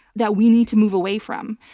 that we need to move away from.